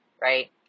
Right